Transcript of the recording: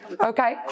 Okay